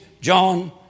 John